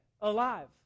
alive